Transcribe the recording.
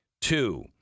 Two